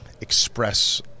express